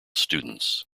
students